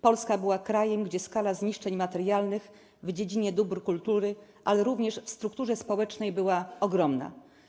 Polska była krajem, gdzie skala zniszczeń materialnych, w dziedzinie dóbr kultury, ale również w strukturze społecznej była ogromna.